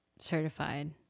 certified